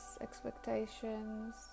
expectations